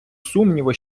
сумніву